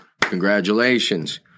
congratulations